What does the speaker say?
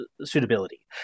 suitability